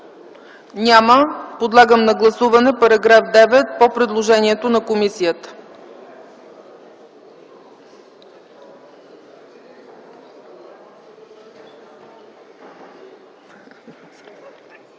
Няма. Подлагам на гласуване § 9 по предложението на комисията.